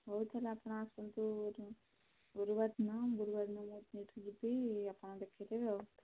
ହଉ ତା'ହେଲେ ଆପଣ ଆସନ୍ତୁ ଏଇ ଗୁରୁବାର ଦିନ ଗୁରୁବାର ମୁଁ ଏଇଠୁ ଯିବି ଆପଣ ଦେଖାଇଦେବେ ଆଉ